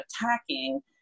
attacking